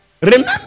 Remember